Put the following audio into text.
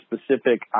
specific –